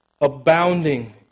abounding